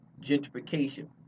gentrification